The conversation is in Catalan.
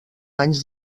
anys